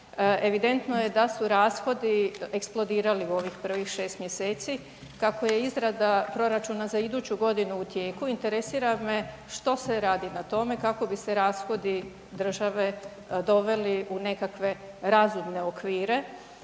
Evidentno je da su rashodi eksplodirali u ovih prvih 6. mjeseci. Kako je izrada proračuna za iduću godinu u tijeku interesira me što se radi na tome kako bi se rashodi države doveli u nekakve razumne okvire?